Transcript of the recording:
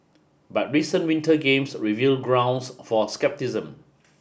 but recent Winter Games reveal grounds for scepticism